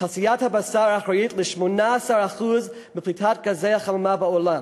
תעשיית הבשר אחראית ל-18% מפליטת גזי החממה בעולם.